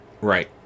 Right